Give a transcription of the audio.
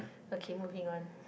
okay moving on